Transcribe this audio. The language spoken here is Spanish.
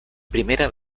primera